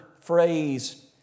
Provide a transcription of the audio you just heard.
phrase